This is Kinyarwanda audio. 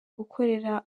gukorera